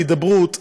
להידברות,